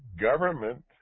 government